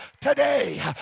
today